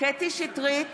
קטי קטרין שטרית,